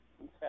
Okay